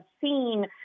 seen